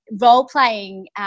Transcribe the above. role-playing